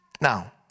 Now